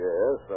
Yes